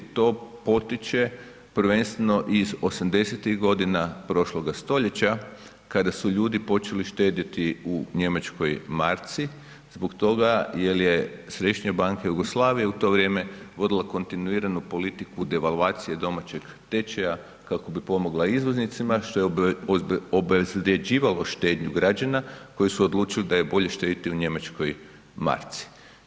To potiče prvenstveno iz '80.-tih godina prošloga stoljeća kada su ljudi počeli štedjeti u njemačkoj marci zbog toga jer je Središnja banka Jugoslavije u to vrijeme vodila kontinuiranu politiku devalvacije domaćeg tečaja kako bi pomogla izvoznicima što je obezvrjeđivalo štednju građana koji su odlučili da je bolje štedjeti njemačkoj marci.